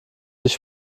dich